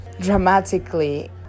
dramatically